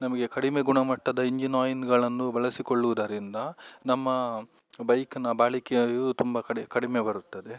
ನಮಗೆ ಕಡಿಮೆ ಗುಣಮಟ್ಟದ ಇಂಜಿನ್ ಆಯಿನ್ಗಳನ್ನು ಬಳಸಿಕೊಳ್ಳುವುದರಿಂದ ನಮ್ಮ ಬೈಕ್ನ ಬಾಳಿಕೆಯೂ ತುಂಬ ಕಡಿ ಕಡಿಮೆ ಬರುತ್ತದೆ